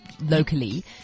locally